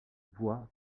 voit